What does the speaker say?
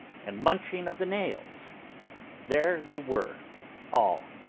and munching of the nails there they were all,